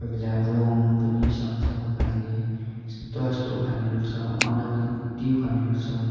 कोहीबेला रुवाउनु पनि सक्छ उखानले यस्तो यस्तो उखानहरू छ अनगन्ती उखानहरू छ